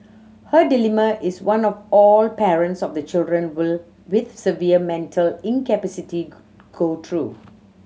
her dilemma is one of all parents of children with severe mental incapacity go through